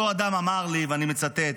אותו אדם אמר לי, ואני מצטט: